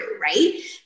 right